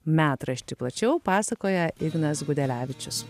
metraštį plačiau pasakoja ignas gudelevičius